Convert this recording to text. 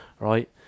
right